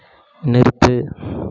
நிறுத்து